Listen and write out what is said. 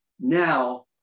now